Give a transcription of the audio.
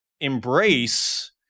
embrace